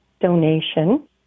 donation